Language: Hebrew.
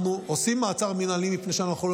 אנחנו עושים מעצר מינהלי מפני שאנחנו לא